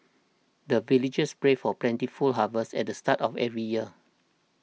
the villagers pray for plentiful harvest at the start of every year